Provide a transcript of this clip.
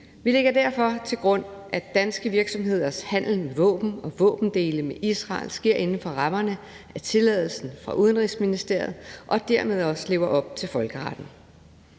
Vi lægger derfor til grund, at danske virksomheders handel med våben og våbendele med Israel sker inden for rammerne af tilladelsen fra Udenrigsministeriet og dermed også lever op til folkeretten.